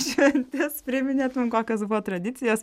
šventes priminė kokios tradicijos